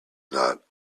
not